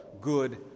good